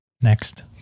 next